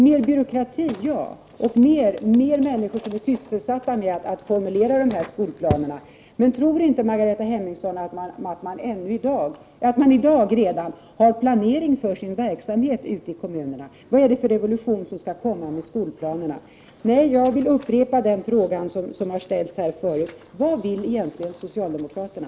Mer byråkrati, ja, och flera människor som blir sysselsatta med att formulera skolplanerna. Men tror inte Margareta Hemmingsson att man redan i dag har planering för sin verksamhet ute i kommunerna? Vad är det för revolution som skall komma i och med skolplanerna? Nej, jag vill upprepa den fråga som har ställts förut: Vad vill egentligen socialdemokraterna?